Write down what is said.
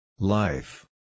Life